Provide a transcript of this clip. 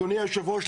אדוני יושב הראש,